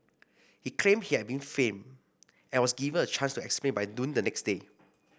he claimed he had been framed and was given a chance to explain by noon the next day